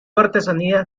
artesanías